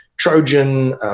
Trojan